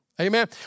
Amen